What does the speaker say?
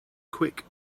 quick